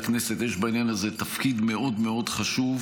לכנסת יש בעניין הזה תפקיד מאוד מאוד חשוב,